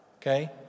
Okay